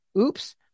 Oops